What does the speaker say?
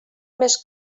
més